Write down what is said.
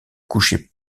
couchait